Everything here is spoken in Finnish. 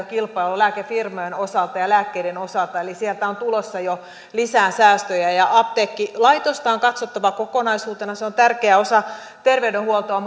kilpailua lääkefirmojen osalta ja lääkkeiden osalta eli sieltä on tulossa jo lisää säästöjä apteekkilaitosta on katsottava kokonaisuutena se on tärkeä osa terveydenhuoltoa